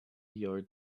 yard